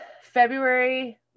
February